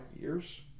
years